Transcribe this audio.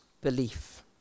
belief